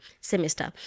semester